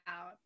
out